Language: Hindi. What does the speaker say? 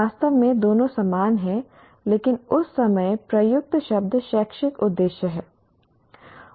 वास्तव में दोनों समान हैं लेकिन उस समय प्रयुक्त शब्द शैक्षिक उद्देश्य है